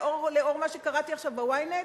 לאור מה שקראתי עכשיו ב-Ynet,